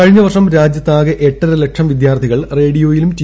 കഴിഞ്ഞവർഷം രാജ്യത്താകെ എട്ടര് ലക്ഷം വിദ്യാർത്ഥികൾ റേഡിയോയിലും ടി